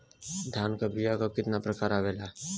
धान क बीया क कितना प्रकार आवेला?